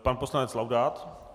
Pan poslanec Laudát.